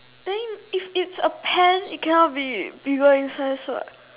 then if it's a pen it cannot be reversed in size what